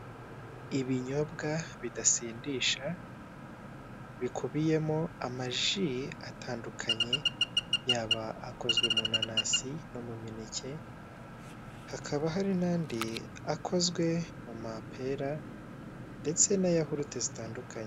Ibinyobwa bidasindisha bikubiyemo ama ji atandukanye yaba akozwe munanasi no mumineke hakaba hari nandi akozwe mumapera ndetse na yahurute zitandukanye.